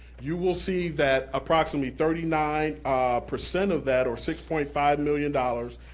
you will see that approximately thirty nine percent of that or six point five million dollars,